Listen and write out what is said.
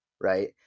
right